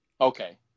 okay